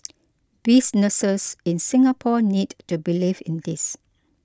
businesses in Singapore need to believe in this